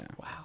wow